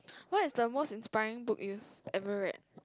what is the most inspiring book you've ever read